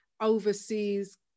overseas